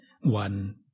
one